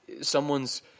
someone's